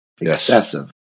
excessive